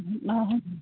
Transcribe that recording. मा